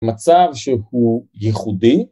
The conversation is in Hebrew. מצב שהוא ייחודי